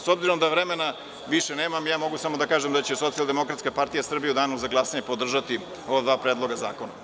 S obzirom da vremena više nemam, mogu samo da kažem da će Socijaldemokratska partija Srbije u danu za glasanje podržati ova dva predloga zakona.